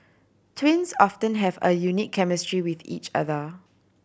twins often have a unique chemistry with each other